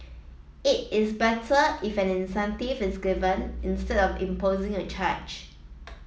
it is better if an incentive is given instead of imposing a charge